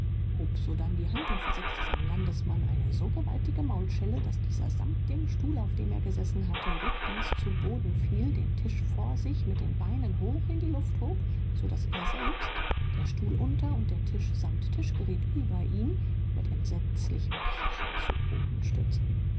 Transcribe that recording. hob sodann die hand und versetzte seinem landsmanne eine so gewaltige maulschelle daß dieser samt dem stuhl auf dem er gesessen hatte rücklings zu boden fiel den tisch vor sich mit den beinen hoch in die luft hob so daß er selbst der stuhl unter und der tisch samt tischgerät über ihm mit entsetzlichem krachen zu boden stürzten